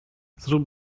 zrób